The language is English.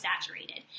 saturated